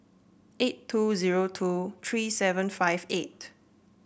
eight two zero two three seven five eight